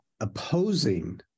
opposing